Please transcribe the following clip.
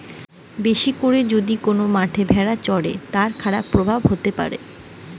বেশি করে যদি কোন মাঠে ভেড়া চরে, তার খারাপ প্রভাব হতে পারে